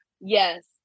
Yes